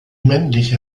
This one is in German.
männliche